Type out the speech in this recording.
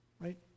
Right